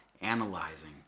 analyzing